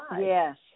Yes